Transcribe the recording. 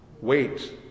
Wait